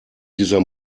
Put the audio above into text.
dieser